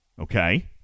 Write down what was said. Okay